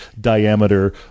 diameter